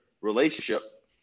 relationship